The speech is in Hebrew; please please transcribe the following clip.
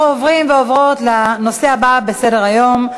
אנחנו עוברים ועוברות לנושא הבא בסדר-היום: